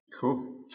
Cool